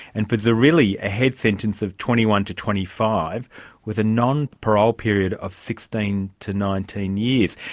and for zirilli a head sentence of twenty one to twenty five with a non-parole period of sixteen to nineteen years.